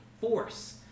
force